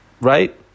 right